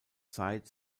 zeit